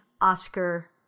Oscar